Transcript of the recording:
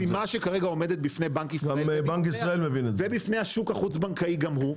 לכן המשימה שכרגע עומדת בפני בנק ישראל ובפני השוק החוץ בנקאי גם הוא,